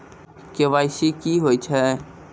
KYC की होय छै?